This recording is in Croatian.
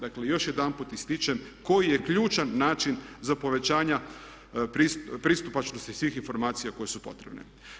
Dakle, još jedanput ističem koji je ključan način za povećanje pristupačnosti svih informacija koje su potrebne.